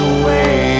away